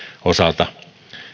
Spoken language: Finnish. osalta